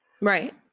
Right